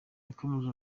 yakomeje